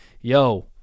yo